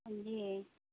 जी